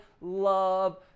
love